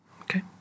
Okay